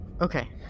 Okay